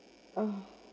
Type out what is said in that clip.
oh